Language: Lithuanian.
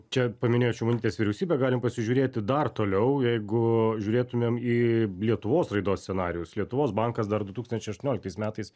čia paminėjot šimonytės vyriausybę galim pasižiūrėti dar toliau jeigu žiūrėtumėm į lietuvos raidos scenarijus lietuvos bankas dar du tūkstančiai aštuonioliktais metais